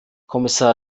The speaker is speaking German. kommissar